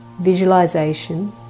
visualization